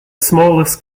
smallest